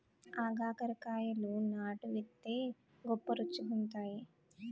ఆగాకరకాయలు నాటు వైతే గొప్ప రుచిగుంతాయి